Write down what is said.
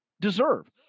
deserve